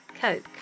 Coke